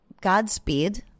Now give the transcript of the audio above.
Godspeed